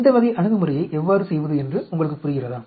இந்த வகை அணுகுமுறையை எவ்வாறு செய்வது என்று உங்களுக்கு புரிகிறதா